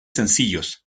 sencillos